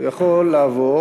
הוא יכול לעבור.